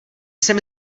jsem